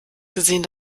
gesehen